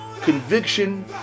conviction